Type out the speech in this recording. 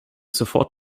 sofort